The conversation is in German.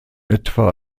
etwa